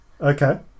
Okay